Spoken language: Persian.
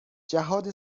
جهاد